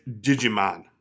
Digimon